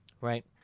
right